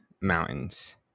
mountains